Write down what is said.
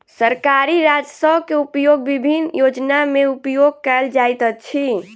सरकारी राजस्व के उपयोग विभिन्न योजना में उपयोग कयल जाइत अछि